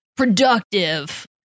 productive